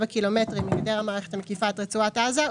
קילומטרים מגדר המערכת המקיפה את רצועת עזה,